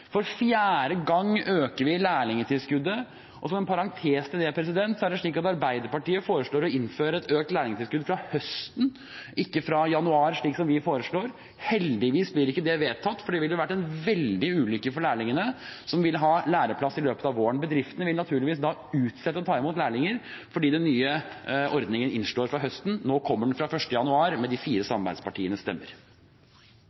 for fjerde gang øker vi lærlingtilskuddet. Som en parentes til det: Arbeiderpartiet foreslår å innføre økt lærlingtilskudd fra høsten, ikke fra januar slik vi foreslår. Heldigvis blir ikke det vedtatt, for det ville vært en veldig ulykke for lærlingene som ville ha læreplass i løpet av våren. Bedriftene vil da naturligvis utsette å ta imot lærlinger fordi den nye ordningen slår inn fra høsten. Nå kommer den fra 1. januar med de fire samarbeidspartienes stemmer.